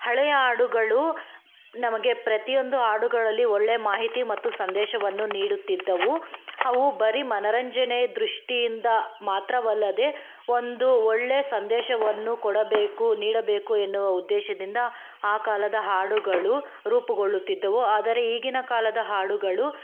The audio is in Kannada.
ಹಳೆಯ ಹಾಡುಗಳು ನಮಗೆ ಪ್ರತಿಯೊಂದು ಹಾಡುಗಳಲ್ಲಿ ಒಳ್ಳೆಯ ಮಾಹಿತಿ ಮತ್ತು ಸಂದೇಶವನ್ನು ನೀಡುತ್ತಿದ್ದವು ಅವು ಬರೀ ಮನರಂಜನೆ ದೃಷ್ಟಿಯಿಂದ ಮಾತ್ರವಲ್ಲದೆ ಒಂದು ಒಳ್ಳೆಯ ಸಂದೇಶವನ್ನು ಕೊಡಬೇಕು ನೀಡಬೇಕು ಎನ್ನೋ ಉದ್ದೇಶದಿಂದ ಆ ಕಾಲದ ಹಾಡುಗಳು ರೂಪುಗೊಳ್ಳುತಿದ್ದವು ಆದರೆ ಈಗಿನ ಕಾಲದ ಹಾಡುಗಳು